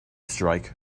strike